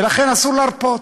ולכן אסור להרפות.